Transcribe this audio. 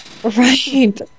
Right